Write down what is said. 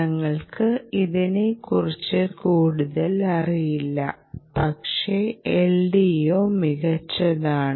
ഞങ്ങൾക്ക് ഇതിനെക്കുറിച്ച് കൂടുതൽ അറിയില്ല പക്ഷേ LDO മികച്ചതാണ്